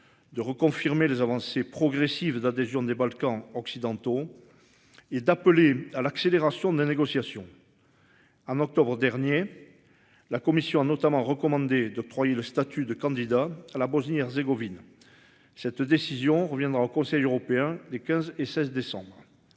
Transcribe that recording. De reconfirmer les avancées progressives d'adhésion des Balkans occidentaux. Et d'appeler à l'accélération des négociations. En octobre dernier. La commission a notamment recommandé d'octroyer le statut de candidat à la Bosnie-Herzégovine. Cette décision reviendra au Conseil européen des 15 et 16 décembre.